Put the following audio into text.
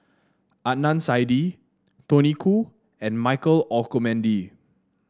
Adnan Saidi Tony Khoo and Michael Olcomendy